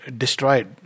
destroyed